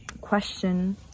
question